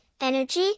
energy